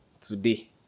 Today